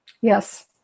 Yes